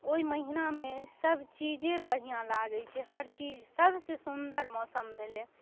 ओहि महिनामे सब चीजे बढ़िआँ लागै छै हर चीज सबसँ सुन्दर मौसम भेलै